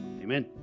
Amen